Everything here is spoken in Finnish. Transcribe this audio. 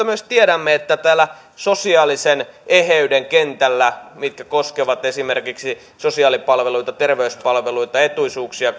myös tiedämme että täällä sosiaalisen eheyden kentällä mikä koskee esimerkiksi sosiaalipalveluita terveyspalveluita etuisuuksia